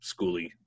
schooly